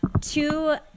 two